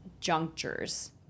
junctures